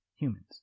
Humans